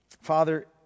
Father